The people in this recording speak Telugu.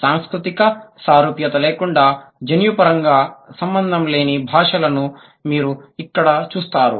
సాంస్కృతిక సారూప్యత లేకుండా జన్యుపరంగా సంబంధం లేని భాషలను మీరు ఇక్కడ చూస్తారు